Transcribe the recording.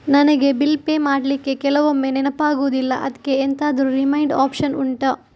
ನನಗೆ bill pay ಮಾಡ್ಲಿಕ್ಕೆ ಕೆಲವೊಮ್ಮೆ ನೆನಪಾಗುದಿಲ್ಲ ಅದ್ಕೆ ಎಂತಾದ್ರೂ ರಿಮೈಂಡ್ ಒಪ್ಶನ್ ಉಂಟಾ